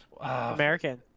American